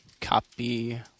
copy